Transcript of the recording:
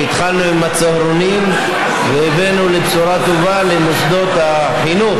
שהתחלנו עם הצהרונים והבאנו לבשורה טובה למוסדות החינוך,